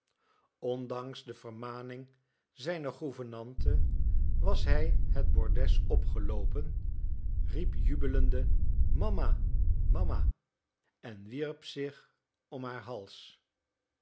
ondanks de vermaning zijner gouvernante was hij het bordes opgeloopen riep jubelende mama mama en wierp zich om haar hals